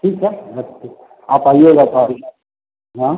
ठीक है रखते हैं आप आइएगा हाँ